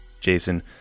Jason